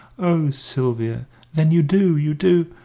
oh, sylvia! then you do you do!